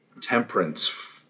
temperance